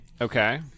Okay